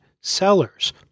Sellers